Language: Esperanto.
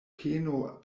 peno